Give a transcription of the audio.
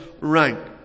rank